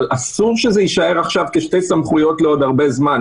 אבל אסור שזה יישאר עכשיו כשתי סמכויות לעוד הרבה זמן.